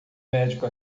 médico